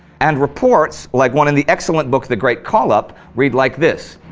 and reports, like one in the excellent book the great call-up, read like this,